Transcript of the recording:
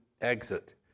exit